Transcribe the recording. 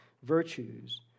virtues